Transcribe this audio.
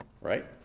right